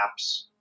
apps